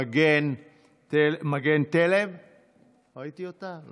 מגן תלם ראיתי אותה?